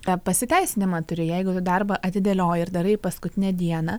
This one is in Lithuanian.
tą pasiteisinimą turi jeigu darbą atidėlioji ir darai paskutinę dieną